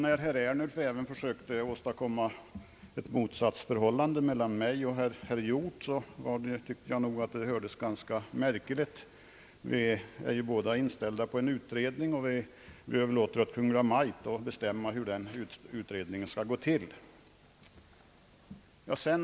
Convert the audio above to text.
När herr Ernulf även försökte finna ett motsatsförhållande mellan mig och herr Hjorth, tyckte jag att det lät ganska märkligt. Vi är båda inställda på en utredning, och vi överlåter åt Kungl. Maj:t att bestämma hur den utredningen skall gå till.